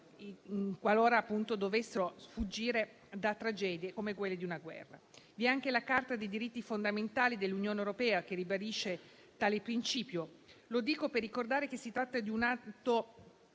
qualora dovessero sfuggire da tragedie come quelle di una guerra. Anche la Carta dei diritti fondamentali dell'Unione europea ribadisce tale principio. E lo dico per ricordare che quello di